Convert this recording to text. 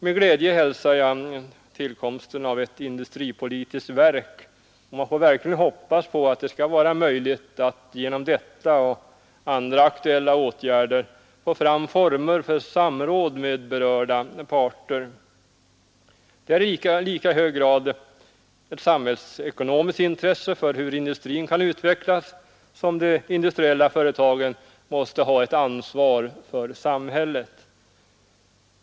Med glädje hälsar jag tillkomsten av ett industripolitiskt verk, och man får verkligen hoppas att det skall bli möjligt att genom detta och andra aktuella åtgärder få fram former för samråd med berörda parter. Det är i hög grad ett samhällsekonomiskt intresse hur industrin kan utvecklas, och även de industriella företagen måste ha ett ansvar för samhället.